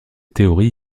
théorie